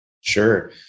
Sure